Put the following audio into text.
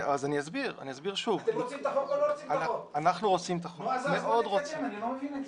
אתם רוצים את החוק או לא רוצים את החוק?